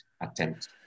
attempt